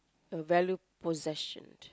a value possession